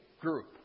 group